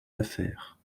affaires